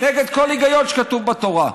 נגד כל היגיון שכתוב בתורה.